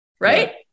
right